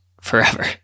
forever